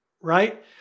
right